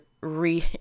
re